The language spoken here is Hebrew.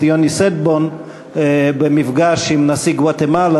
יוני שטבון במפגש עם נשיא גואטמלה,